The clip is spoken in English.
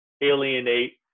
alienate